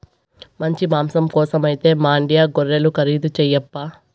మంచి మాంసం కోసమైతే మాండ్యా గొర్రెలు ఖరీదు చేయప్పా